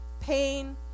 pain